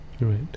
Right